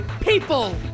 people